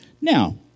Now